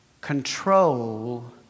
control